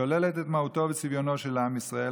ושוללת את מהותו וצביונו של עם ישראל,